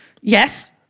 Yes